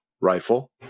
rifle